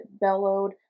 bellowed